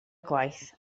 gwaith